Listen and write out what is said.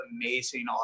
amazing